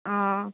अ